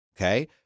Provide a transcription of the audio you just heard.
Okay